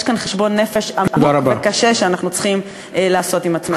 יש כאן חשבון נפש עמוק וקשה שאנחנו צריכים לעשות עם עצמנו.